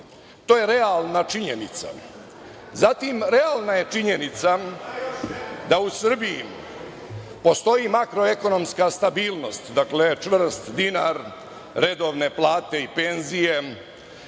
To je realna činjenica. Zatim, realna je činjenica da u Srbiji postoji makroekonomska stabilnost, dakle, čvrst dinar, redovne plate i penzije,